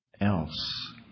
else